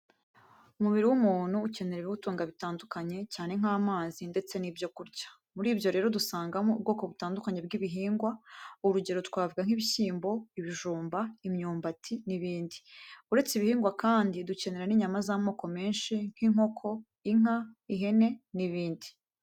Umubiri w'umuntu ukenera ibiwutunga bitandukanye cyane nk'amazi ndetse n'ibyo kurya. Muri byo rero dusangamo ubwoko butandukanye bw'ibihingwa, urugero twavuga nk'ibishyimbo, ibijumba, imyumbati n'ibindi. Uretse ibihingwa kandi dukenera n'inyama z'amoko menshi nk'inkoko, inka, ihene n'ibindi.